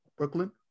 Brooklyn